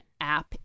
app